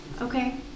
Okay